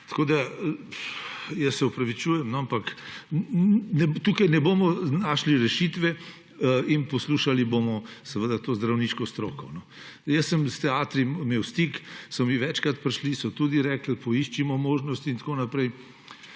Tako da se opravičujem, tukaj ne bomo našli rešitve in poslušali bomo to zdravniško stroko. S teatri sem imel stik, so mi večkrat prišli, so tudi rekli, da poiščimo možnosti in tako naprej.